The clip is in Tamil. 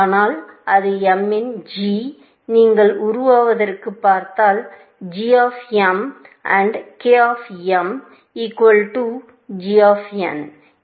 ஆனால் இது m இன் g நீங்கள் உருவத்தைப் பார்த்தால் g of m and k of m equal to g of n